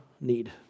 need